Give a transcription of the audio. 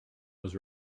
was